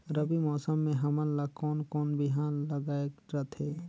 रबी मौसम मे हमन ला कोन कोन बिहान लगायेक रथे?